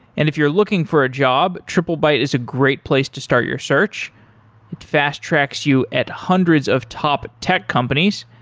if you're looking for a job, triplebyte is a great place to start your search, it fast-tracks you at hundreds of top tech companies.